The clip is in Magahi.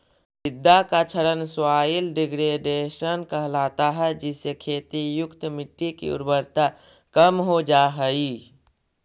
मृदा का क्षरण सॉइल डिग्रेडेशन कहलाता है जिससे खेती युक्त मिट्टी की उर्वरता कम हो जा हई